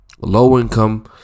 low-income